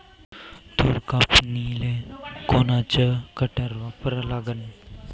तूर कापनीले कोनचं कटर वापरा लागन?